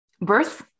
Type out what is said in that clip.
birth